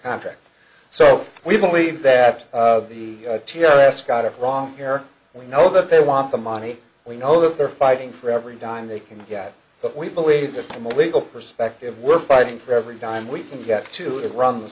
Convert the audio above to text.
contract so we believe that of the terrorists got it wrong here we know that they want the money we know that they're fighting for every dime they can get but we believe that the legal perspective we're fighting for every dime we can get to it run the